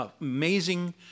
amazing